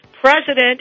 President